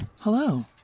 Hello